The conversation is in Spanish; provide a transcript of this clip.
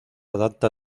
adapta